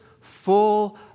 full